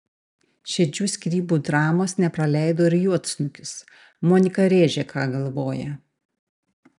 šedžių skyrybų dramos nepraleido ir juodsnukis monika rėžė ką galvoja